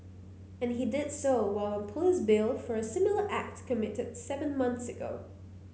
and he did so while police bail for a similar act committed seven month ago